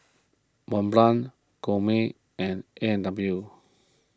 Mont Blanc Chomel and A and W